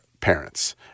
parents